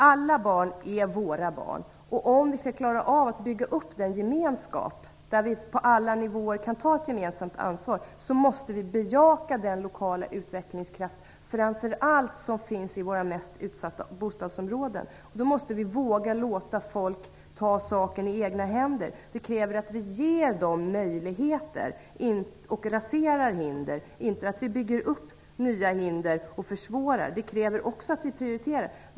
Alla barn är våra barn, och om skall klara att bygga upp en gemenskap där vi på alla nivåer kan ta ett samfällt ansvar, måste vi bejaka den lokala utvecklingskraft som finns, framför allt i våra mest utsatta bostadsområden. Vi måste då våga låta folk ta saken i egna händer. För det krävs att vi ger dem möjligheter och raserar hinder, inte att vi bygger upp nya hinder och försvårar. Det kräver också att vi prioriterar.